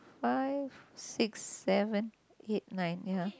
five six seven eight nine ya